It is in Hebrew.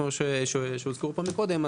כמו שהוזכרו פה מקודם,